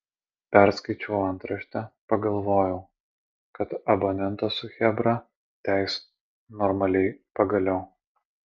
perskaičiau antraštę pagalvojau kad abonentą su chebra teis normaliai pagaliau